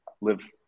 live